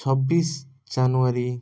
ଛବିଶ ଜାନୁୟାରୀ